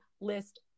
list